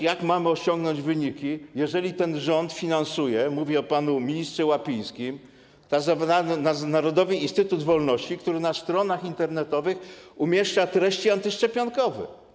Jak mamy osiągnąć wyniki, jeżeli ten rząd finansuje - mówię o panu ministrze Łapińskim - Narodowy Instytut Wolności, który na stronach internetowych umieszcza treści antyszczepionkowe?